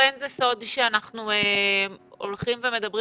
אין זה סוד שאנחנו הולכים ומדברים